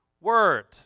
word